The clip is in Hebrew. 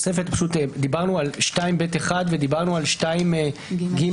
פשוט דיברנו על 2ב(1) ודיברנו על 2ג(2).